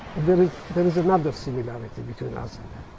there is there is another similarity between us and them.